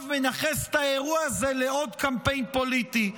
מנכס את האירוע הזה לעוד קמפיין פוליטי.